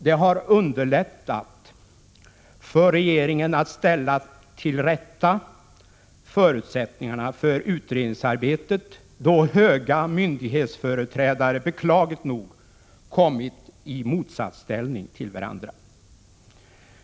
De har underlättat för regeringen mordet på statsminister att ställa till rätta förutsättningarna för utredningsarbetet, då höga myndig Olof Palme hetsföreträdare beklagligt nog kommit i motsatsställning till varandra.